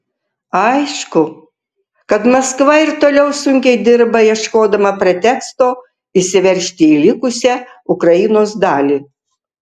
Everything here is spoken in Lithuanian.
aišku kad maskva ir toliau sunkiai dirba ieškodama preteksto įsiveržti į likusią ukrainos dalį